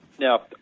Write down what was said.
Now